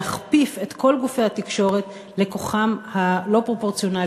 להכפיף את כל גופי התקשורת לכוחם הלא-פרופורציונלי